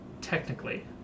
technically